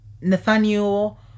Nathaniel